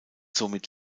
somit